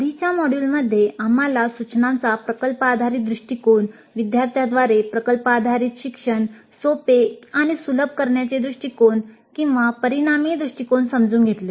आधीच्या मॉड्यूलमध्ये आम्हाला सूचनांचा प्रकल्प आधारित दृष्टिकोन सोपे आणि सुलभ करण्याचे दृष्टीकोन किंवा परिणामी दृष्टीकोन समजून घेतले